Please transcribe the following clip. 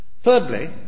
Thirdly